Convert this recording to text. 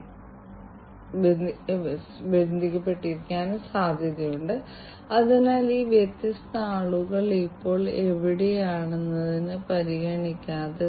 ഈ വ്യത്യാസങ്ങൾ സെൻസിംഗുമായി ബന്ധപ്പെട്ട് മൂന്ന് വ്യത്യസ്ത പാരാമീറ്ററുകൾ അനലിറ്റിക്സ് ഈ ഐടി ടൂളുകൾ മെത്തഡോളജികൾ എന്നിവയുമായി ബന്ധപ്പെട്ടതാണ്